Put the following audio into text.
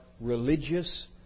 Religious